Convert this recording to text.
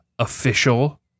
official